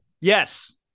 yes